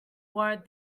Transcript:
warrant